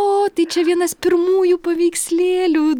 o tai čia vienas pirmųjų paveikslėlių